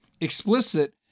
Explicit